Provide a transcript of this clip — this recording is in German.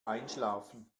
einschlafen